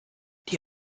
die